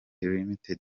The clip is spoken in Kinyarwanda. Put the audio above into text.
ltd